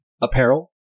apparel